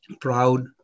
proud